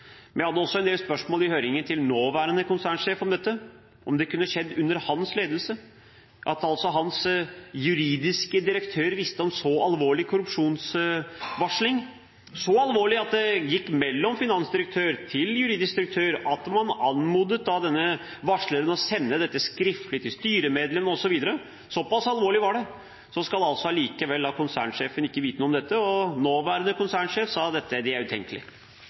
jeg hadde også en del spørsmål i høringen til nåværende konsernsjef om dette: om dette kunne skjedd under hans ledelse, altså at hans juridiske direktør visste om så alvorlig korrupsjonsvarsling – så alvorlig at det gikk mellom finansdirektør og juridisk direktør, og at man anmodet denne varsleren om å sende dette skriftlig til styremedlemmene, osv. Såpass alvorlig var det. Så skal da altså konsernsjefen allikevel ikke vite noe om dette. Nåværende konsernsjef sa at det er utenkelig,